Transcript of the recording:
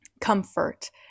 comfort